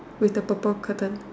with the purple curtain